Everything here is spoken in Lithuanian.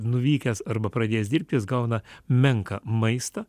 nuvykęs arba pradėjęs dirbti jis gauna menką maistą